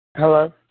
Hello